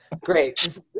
Great